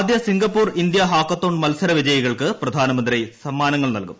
ആദ്യ Singapore India hackathon മത്സരവിജയികൾക്ക് പ്രധാനമന്ത്രി സമ്മാനങ്ങൾ നൽകും